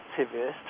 activist